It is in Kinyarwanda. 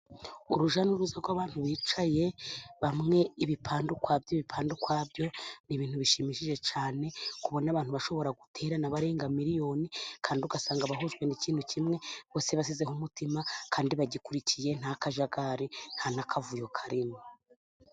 Urujya n'uruza rw'abantu bicaye, bamwe ibipande ukwabyo ibipande ukwabyo, ni ibintu bishimishije cyane kubona abantu bashobora guterana barenga Miliyoni kandi ugasanga bahujwe n'ikintu kimwe, bose bashyizeho umutima kandi bagikurikiye nta kajagari, nta n'akavuyo karimo.